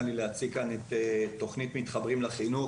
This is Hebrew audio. לי להציג כאן את תוכנית "מתחברים לחיים",